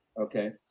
Okay